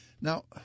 Now